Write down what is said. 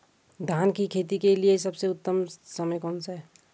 धान की खेती के लिए सबसे उत्तम समय कौनसा है?